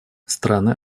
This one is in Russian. страны